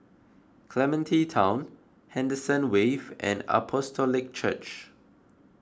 Clementi Town Henderson Wave and Apostolic Church